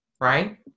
right